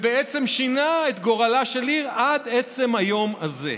מה שבעצם שינה את גורלה של העיר עד עצם היום הזה.